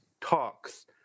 talks